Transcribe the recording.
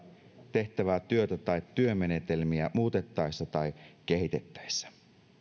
tehtävää työtä tai työmenetelmiä muutettaessa tai kehitettäessä